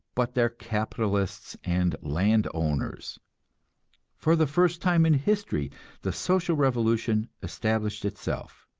but their capitalists and land-owners. for the first time in history the social revolution established itself,